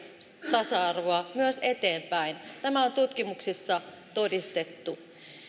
tasa arvoa myös eteenpäin tämä on tutkimuksissa todistettu